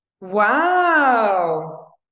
wow